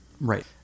Right